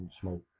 smoke